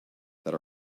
that